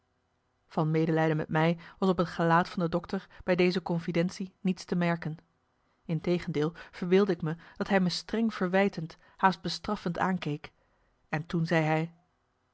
van medelijden met mij was op het gelaat van de dokter bij deze confidentie niets te merken integendeel verbeeldde ik me dat hij me streng verwijtend haast bestraffend aankeek en toen zei hij